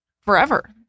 forever